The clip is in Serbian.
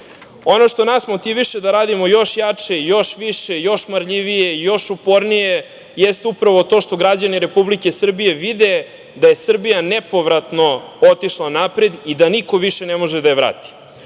što nas motiviše da radimo još jače, još više, još marljivije, još upornije, jeste upravo to što građani Republike Srbije vide da je Srbija nepovratno otišla napred i da niko više ne može da je vrati. Na